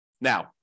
Now